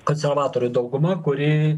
konservatorių dauguma kuri